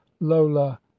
lola